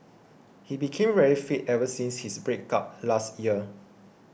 he became very fit ever since his break up last year